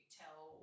tell